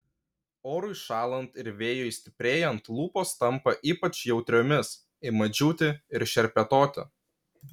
orui šąlant ir vėjui stiprėjant lūpos tampa ypač jautriomis ima džiūti ir šerpetoti